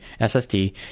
SSD